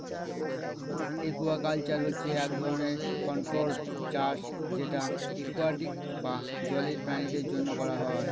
aquaculture হচ্ছে এক ধরনের কন্ট্রোল্ড চাষ যেটা একুয়াটিক বা জলের প্রাণীদের জন্য করা হয়